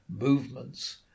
movements